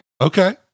Okay